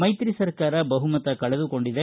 ಮೈತ್ರಿ ಸರ್ಕಾರ ಬಹುಮತ ಕಳೆದುಕೊಂಡಿದೆ